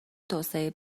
توسعه